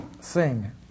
sing